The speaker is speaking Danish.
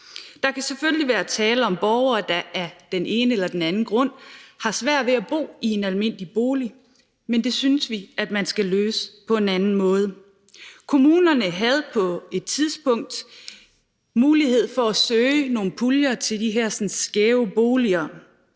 Der kan selvfølgelig være tale om borgere, der af den ene eller den anden grund har svært ved at bo i en almindelig bolig, men det synes vi man skal løse på en anden måde. Kommunerne havde på et tidspunkt mulighed for at søge nogle puljer til de hersens skæve boliger,